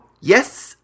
Yes